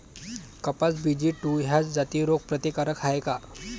कपास BG two ह्या जाती रोग प्रतिकारक हाये का?